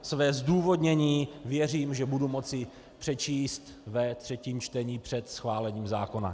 Své zdůvodnění, věřím, že budu moci přečíst ve třetím čtením před schválením zákona.